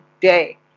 day